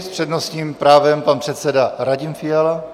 S přednostním právem pan předseda Radim Fiala.